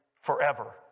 Forever